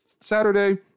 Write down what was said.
saturday